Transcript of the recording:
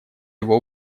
его